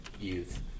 youth